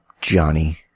Johnny